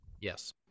yes